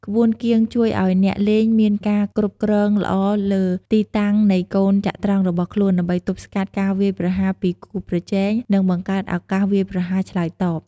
ក្បួនគៀងជួយឲ្យអ្នកលេងមានការគ្រប់គ្រងល្អលើទីតាំងនៃកូនចត្រង្គរបស់ខ្លួន ដើម្បីទប់ស្កាត់ការវាយប្រហារពីគូប្រជែង និងបង្កើតឱកាសវាយប្រហារឆ្លើយតប។